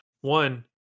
One